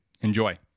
Enjoy